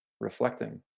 reflecting